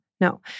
no